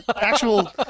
Actual